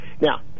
Now